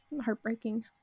heartbreaking